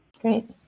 Great